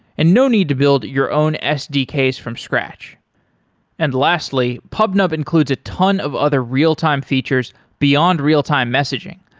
and no need to build your own sdks from scratch and lastly, pubnub includes a ton of other real-time features beyond real-time messaging,